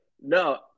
No